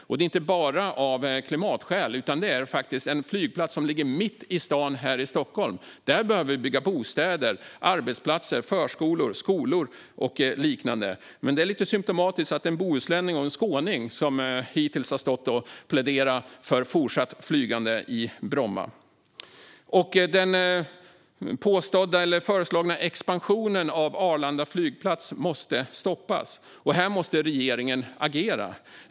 Och det är inte bara av klimatskäl; detta är faktiskt en flygplats i Stockholm som ligger mitt i stan där vi behöver bygga bostäder, arbetsplatser, förskolor, skolor och liknande. Det är lite symtomatiskt att det hittills är en bohuslänning och en skåning som har stått här och pläderat för fortsatt flygande på Bromma. Den föreslagna expansionen av Arlanda flygplats måste stoppas. Här måste regeringen agera.